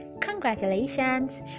Congratulations